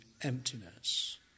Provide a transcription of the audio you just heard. Emptiness